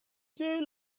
two